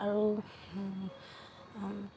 আৰু